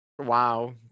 wow